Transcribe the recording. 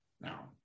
Now